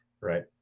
right